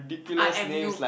I am noob